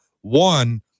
one